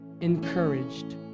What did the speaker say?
encouraged